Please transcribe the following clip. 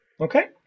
Okay